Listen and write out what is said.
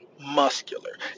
muscular